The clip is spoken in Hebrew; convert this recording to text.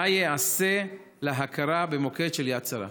מה ייעשה להכרה במוקד של יד שרה?